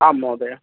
आम् महोदय